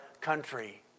country